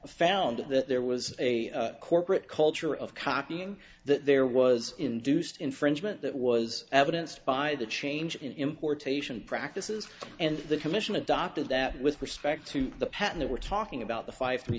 fact found that there was a corporate culture of copying that there was induced infringement that was evidenced by the change in importation practices and the commission adopted that with respect to the patton they were talking about the five three